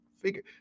figure